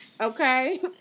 Okay